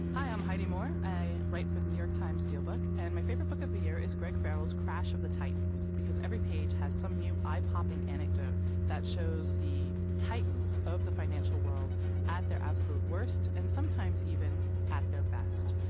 hi, i'm heidi moore. i write for the new york times' dealbook and my favorite book of the year is greg farrell's crash of the titans because every page has some new, eye-popping anecdote that shows the titans of the financial world at their absolute worst and sometimes even at their best.